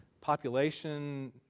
population